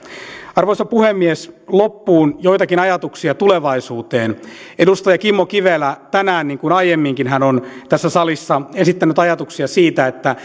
arvoisa puhemies loppuun joitakin ajatuksia tulevaisuuteen edustaja kimmo kivelä tänään niin kuin aiemminkin tässä salissa on esittänyt ajatuksia siitä että